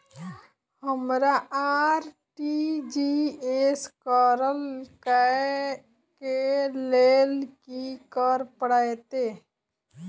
हमरा आर.टी.जी.एस करऽ केँ लेल की करऽ पड़तै?